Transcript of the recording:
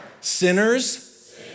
Sinners